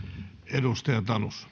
arvoisa herra